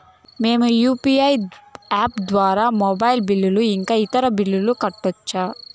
మేము UPI app ద్వారా mobile bill ఇంకా ఇతర బిల్లులను కట్టొచ్చు